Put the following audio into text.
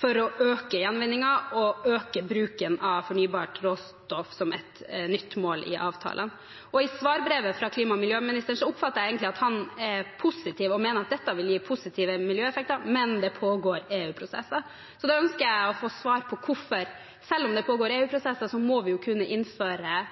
for å øke gjenvinningen og øke bruken av fornybart råstoff som et nytt mål i avtalene. I svarbrevet fra klima- og miljøministeren oppfatter jeg egentlig at han er positiv og mener at dette vil gi positive miljøeffekter, men det pågår EU-prosesser. Så da ønsker jeg å få svar på: Selv om det pågår EU-prosesser, må vi kunne innføre